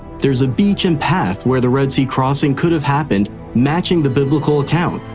there's a beach and path where the red sea crossing could have happened matching the biblical account.